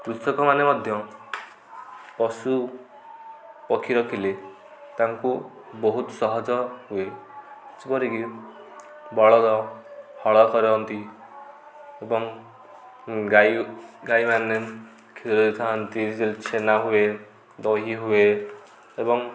କୃଷକମାନେ ମଧ୍ୟ ପଶୁ ପକ୍ଷୀ ରଖିଲେ ତାଙ୍କୁ ବହୁତ ସହଜ ହୁଏ ଯେପରିକି ବଳଦ ହଳ କରନ୍ତି ଏବଂ ଗାଈ ଗାଈମାନେ କ୍ଷୀର ଦେଇଥାନ୍ତି ଛେନା ହୁଏ ଦହି ହୁଏ ଏବଂ